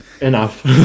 enough